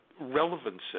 relevancy